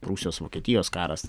prūsijos vokietijos karas